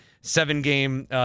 seven-game